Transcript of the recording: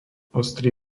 ostrý